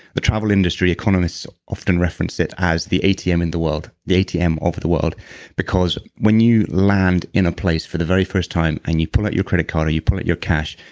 the travel industry economists often referenced it as the atm in the world, the atm over the world because when you land in a place for the very first time and you pull out your credit card or you pull out your cash,